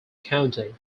county